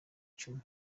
icumi